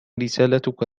رسالتك